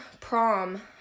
Prom